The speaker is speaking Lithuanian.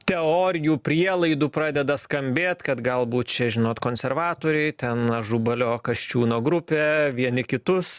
teorijų prielaidų pradeda skambėt kad galbūt čia žinot konservatoriai ten ažubalio kasčiūno grupė vieni kitus